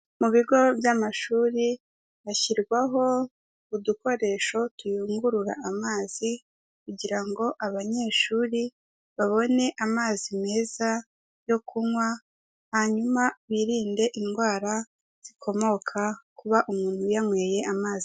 Mu bigo by'amashuri, hashyirwaho udukoresho tuyungurura amazi kugira ngo abanyeshuri babone amazi meza yo kunywa, hanyuma birinde indwara zikomoka kuba umuntu yanyweye amazi.